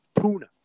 tuna